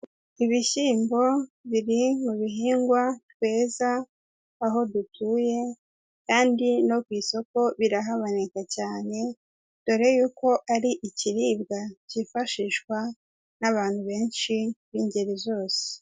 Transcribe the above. Ibishyimbo biri mu bihingwa tweza aho dutuye kandi no ku isoko birahaboneka cyane, dore yuko ari ikiribwa cyifashishwa n'abantu benshi b'ingeri zose.